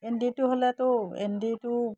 এৰীটো হ'লেতো এৰীটো